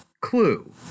Clue